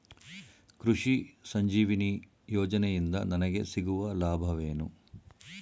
ಕೃಷಿ ಸಂಜೀವಿನಿ ಯೋಜನೆಯಿಂದ ನನಗೆ ಸಿಗುವ ಲಾಭವೇನು?